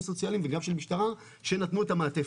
סוציאליים וגם של משטרה שנתנו את המעטפת.